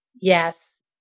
Yes